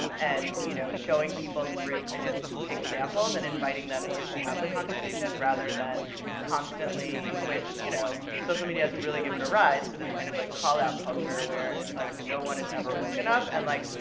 and, you know, showing people through kind of examples, and inviting them in to have the conversation, rather than constantly, which, you know, social media has really given arise to this kind of like call out culture where it's like no one is ever woke enough, and like,